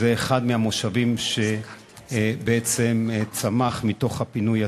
זה אחד המושבים שצמחו מתוך הפינוי עצמו.